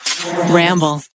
Ramble